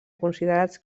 considerats